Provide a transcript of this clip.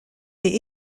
est